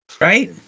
Right